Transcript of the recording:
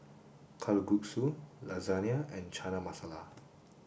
Kalguksu Lasagna and Chana Masala